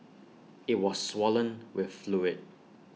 IT was swollen with fluid